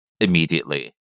immediately